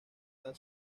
tan